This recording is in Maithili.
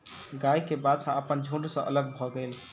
गाय के बाछा अपन झुण्ड सॅ अलग भअ गेल